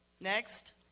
Next